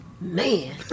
Man